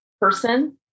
person